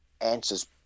answers